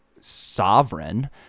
sovereign